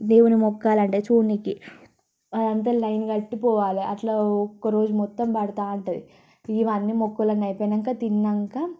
దేవుని మొక్కాలంటే చూన్నీకి అది అంత లైన్ కట్టి పోవాలి అట్లా ఒక్క రోజు మొత్తం పడుతుంటుంది ఇవన్నీ మొక్కులన్నీ అయిపోయాక తిన్నాక